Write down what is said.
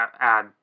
add